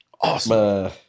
Awesome